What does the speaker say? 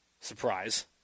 surprise